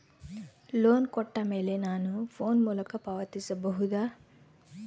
Loan ಕೊಟ್ಟ ಮೇಲೆ ನಾನು ಫೋನ್ ಮೂಲಕ ಪಾವತಿಸಬಹುದಾ?